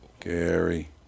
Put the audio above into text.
Gary